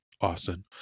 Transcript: austin